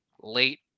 late